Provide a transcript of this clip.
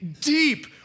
deep